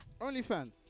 OnlyFans